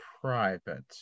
private